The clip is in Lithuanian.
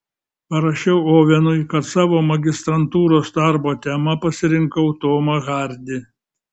parašiau ovenui kad savo magistrantūros darbo tema pasirinkau tomą hardį